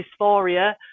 dysphoria